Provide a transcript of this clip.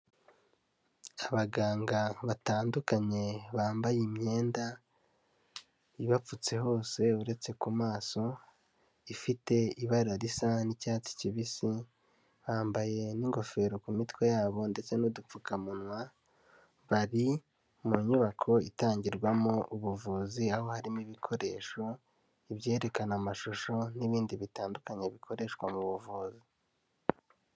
Abaganga batandukanye bambaye imyenda, ibapfutse hose uretse ku maso, ifite ibara risa n'icyatsi kibisi, bambaye n'ingofero ku mitwe yabo ndetse n'udupfukamunwa, bari mu nyubako itangirwamo ubuvuzi, haba harimo ibikoresho, ibyerekana amashusho n'ibindi bitandukanye bikoreshwa mu buvuzi.